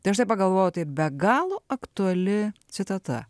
tai aš taip pagalvojau tai be galo aktuali citata